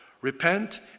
repent